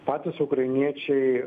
patys ukrainiečiai